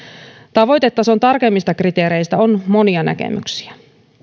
tavoitetason tarkemmista kriteereistä on monia näkemyksiä